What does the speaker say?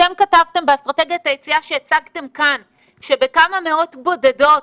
אתם כתבתם באסטרטגיית היציאה שהצגתם כאן שבכמה מאות בודדות